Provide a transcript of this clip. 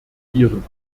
ihren